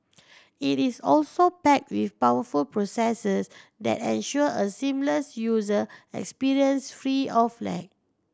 it is also packed with powerful processors that ensure a seamless user experience free of lag